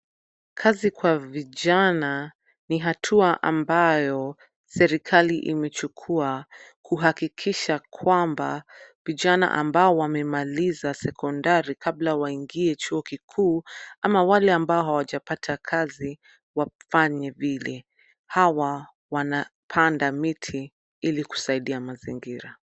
Kazi kwa vijana ni hatua ambayo serikali imechukua, kuhakikisha kwamba vijana ambao wamemaliza sekondari kabla waingie chuo kikuu, ama wale ambao hawajapata kazi wafanye vile. Hawa wanapanda miti ili kusaidia mazingira.